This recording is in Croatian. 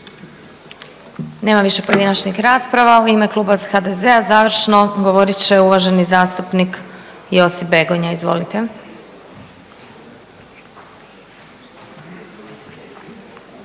Nema više pojedinačnih rasprava. U ime Kluba HDZ-a završno govorit će uvaženi zastupnik Josip Begonja. Izvolite.